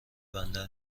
بندر